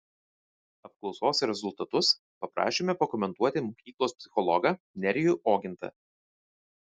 apklausos rezultatus paprašėme pakomentuoti mokyklos psichologą nerijų ogintą